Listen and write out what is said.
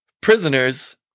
prisoners